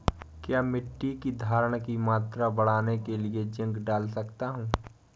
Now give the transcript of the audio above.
क्या मिट्टी की धरण की मात्रा बढ़ाने के लिए जिंक डाल सकता हूँ?